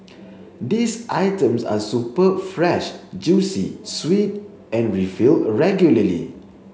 these items are superb fresh juicy sweet and refilled regularly